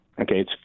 Okay